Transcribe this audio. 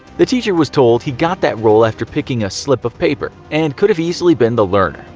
the teacher was told he got that role after picking a slip of paper and could have easily been the learner,